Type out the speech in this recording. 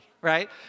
right